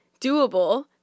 doable